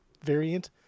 variant